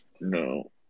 no